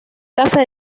casas